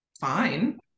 fine